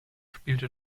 spielte